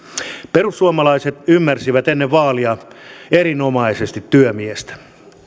perussuomalaiset ymmärsivät ennen vaaleja erinomaisesti työmiestä